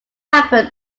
happen